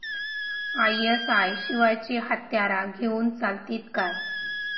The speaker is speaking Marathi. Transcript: आय.एस.आय शिवायची हत्यारा घेऊन चलतीत काय?